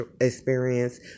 experience